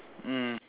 mm